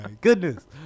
goodness